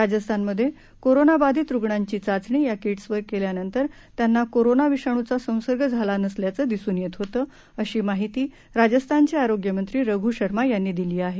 राजस्थानमध्ये कोरोना बाधित रुग्णांची चाचणी या किट्सवर केल्यावर त्यांना कोरोना विषाणूचा संसर्ग झाला नसल्याचे दिसून येत होते अशी माहिती राजस्थानचे आरोग्यमंत्री रघू शर्मा यांनी दिली आहे